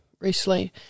recently